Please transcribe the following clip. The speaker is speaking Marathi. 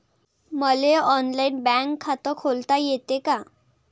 मले ऑनलाईन बँक खात खोलता येते का?